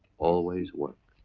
always work.